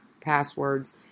passwords